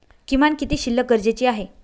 किमान किती शिल्लक गरजेची आहे?